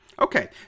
Okay